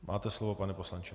Máte slovo, pane poslanče.